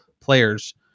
players